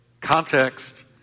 context